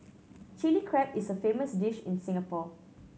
Chilli Crab is a famous dish in Singapore